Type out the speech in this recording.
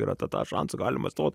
ir apie tą šansą galima stot